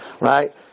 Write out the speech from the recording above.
right